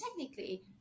technically